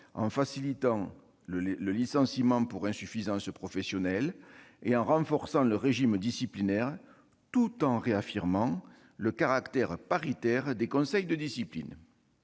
en facilitant le licenciement pour insuffisance professionnelle et en renforçant le régime disciplinaire, tout en réaffirmant le caractère paritaire des conseils de discipline.